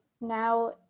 now